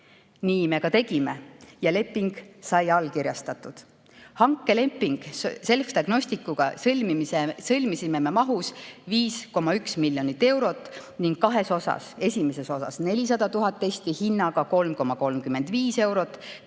Nii me ka tegime ja leping sai allkirjastatud. Hankelepingu Selfdiagnosticsiga sõlmisime mahus 5,1 miljonit eurot ning kahes osas: esimeses osas 400 000 testi hinnaga 3,35 eurot,